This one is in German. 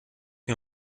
mir